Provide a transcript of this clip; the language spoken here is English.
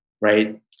right